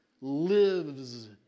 lives